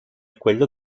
quello